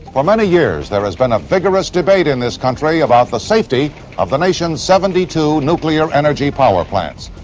for many years there has been a vigorous debate in this country about the safety of the nation's seventy two nuclear energy power plants.